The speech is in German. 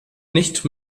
nicht